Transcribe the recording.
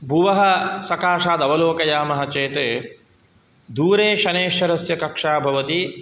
भुवः सकाशादवलोकयामः चेत् दूरे शनेश्चरस्य कक्षा भवति